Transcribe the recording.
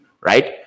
right